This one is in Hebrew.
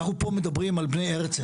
אנחנו פה מדברים על בני הרצל,